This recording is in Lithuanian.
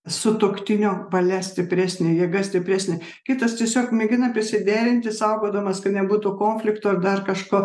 sutuoktinio valia stipresnė jėga stipresnė kitas tiesiog mėgina prisiderinti saugodamas kad nebūtų konflikto ar dar kažko